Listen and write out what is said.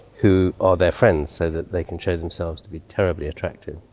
who are their friends so that they can show themselves to be terribly attractive.